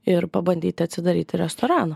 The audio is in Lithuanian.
ir pabandyti atsidaryti restoraną